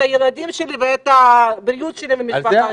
את ילדיי ואת הבריאות שלי ושל משפחתי.